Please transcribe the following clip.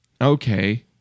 Okay